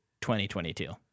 2022